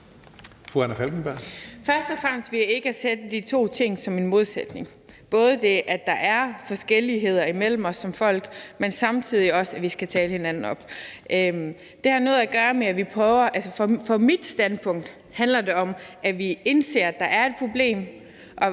er først og fremmest ved ikke se de to ting som en modsætning, altså både det, at der er forskelligheder imellem os som folk, men samtidig også, at vi skal tale hinanden op. Altså, fra mit standpunkt handler det om, at vi indser, at der er et problem,